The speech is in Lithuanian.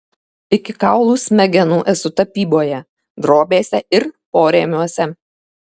iki kaulų smegenų esu tapyboje drobėse ir porėmiuose